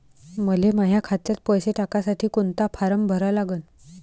मले माह्या खात्यात पैसे टाकासाठी कोंता फारम भरा लागन?